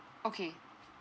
okay